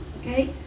Okay